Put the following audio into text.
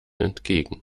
entgegen